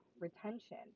retention